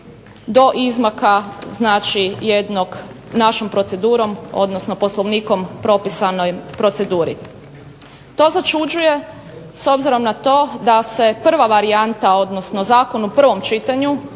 do izmaka jednog našom procedurom, odnosno Poslovnikom propisanoj proceduri. To začuđuje s obzirom na to da se prva varijanta, odnosno zakon u prvom čitanju